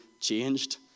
changed